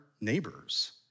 neighbors